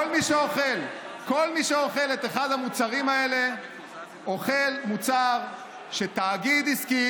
כל מי שאוכל את אחד המוצרים האלה אוכל מוצר שתאגיד עסקי